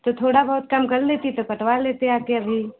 तो थोड़ा बहुत कम कर लेती तो कटवा लेते आके अभी